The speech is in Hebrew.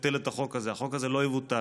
זהו בדיוק, החוק מוביל לכיוון